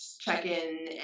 check-in